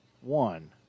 one